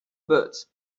birds